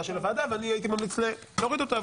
של הוועדה ואני הייתי ממליץ להוריד אותה,